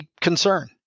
concern